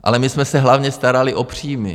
Ale my jsme se hlavně starali o příjmy.